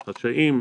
חשאיים.